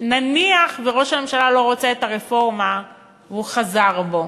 נניח שראש הממשלה לא רוצה את הרפורמה והוא חזר בו,